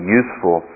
useful